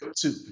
two